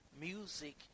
music